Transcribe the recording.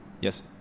Yes